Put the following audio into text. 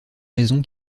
raisons